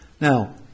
Now